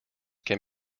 can